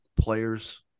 players